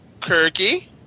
Kirky